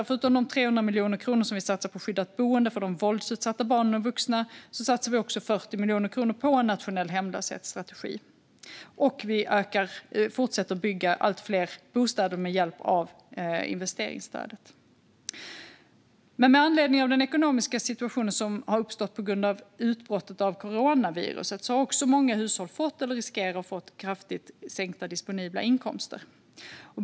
Förutom de 300 miljoner kronor som satsas på skyddat boende för våldsutsatta barn och vuxna satsar regeringen också 40 miljoner kronor på en nationell hemlöshetsstrategi, och vi fortsätter att bygga allt fler bostäder med hjälp av investeringsstödet. Men med anledning av den ekonomiska situation som har uppstått på grund av utbrottet av coronaviruset har också många hushåll fått eller riskerar att få kraftigt sänkta disponibla inkomster.